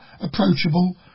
approachable